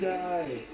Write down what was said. die